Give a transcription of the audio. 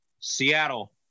Seattle